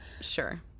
sure